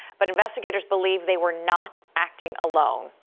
but investigators believe they were not acting alone.